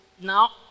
now